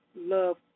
Love